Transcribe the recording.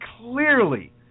clearly